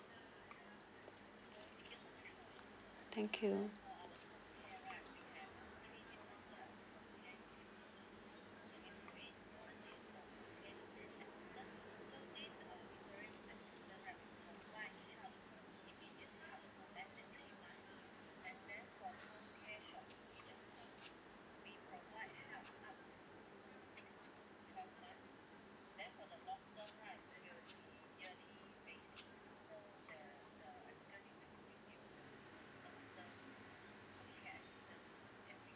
thank you